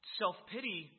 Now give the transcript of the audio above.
self-pity